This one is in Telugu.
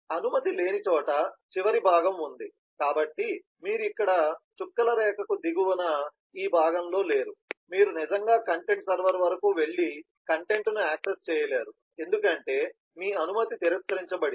అనుమతి లేని చోట చివరి భాగం ఉంది కాబట్టి మీరు ఇక్కడ చుక్కల రేఖకు దిగువన ఈ భాగంలో లేరు మీరు నిజంగా కంటెంట్ సర్వర్ వరకు వెళ్లి కంటెంట్ను యాక్సెస్ చేయలేరు ఎందుకంటే మీ అనుమతి తిరస్కరించబడింది